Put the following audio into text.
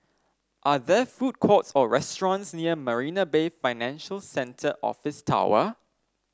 are there food courts or restaurants near Marina Bay Financial Centre Office Tower